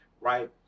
right